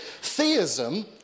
theism